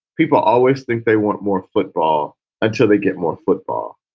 people always think they want more football until they get more football.